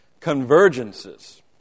Convergences